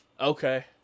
Okay